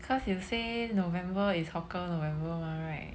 cause you say november is hawker november mah right